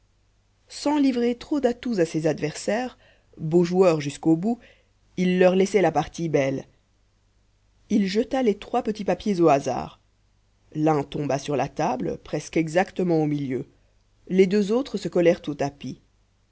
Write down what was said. sans livrer trop d'atouts à ses adversaires beau joueur jusqu'au bout il leur laissait la partie belle il jeta les trois petits papiers au hasard l'un tomba sur la table presque exactement au milieu les deux autres se collèrent au tapis